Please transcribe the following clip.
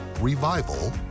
Revival